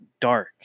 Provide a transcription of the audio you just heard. dark